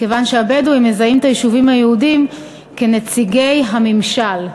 מכיוון שהבדואים מזהים את היישובים היהודיים כנציגי הממשל,